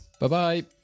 bye-bye